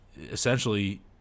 essentially